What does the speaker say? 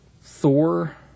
Thor